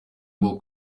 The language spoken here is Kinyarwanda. bwo